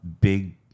Big